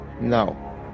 No